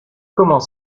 comment